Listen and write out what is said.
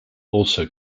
also